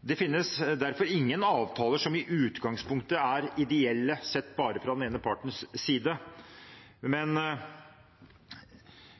Det finnes derfor ingen avtaler som i utgangspunktet er ideelle sett fra bare den ene partens side.